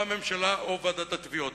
או הממשלה או ועידת התביעות.